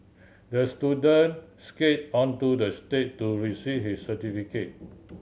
the student skated onto the stage to receive his certificate